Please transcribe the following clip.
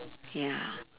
ya